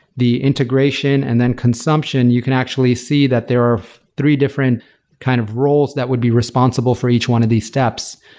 the integration and then consumption, you can actually see that there are three different kind of roles that would be responsible for each one of these steps.